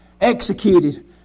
executed